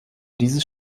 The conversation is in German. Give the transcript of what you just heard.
dieses